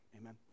Amen